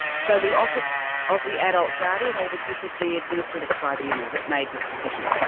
so the office of the adult guardian, or was this the administrative tribunal that made this decision?